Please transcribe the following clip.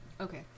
Okay